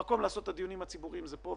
המקום לעשות את הדיונים הציבוריים הוא פה,